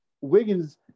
Wiggins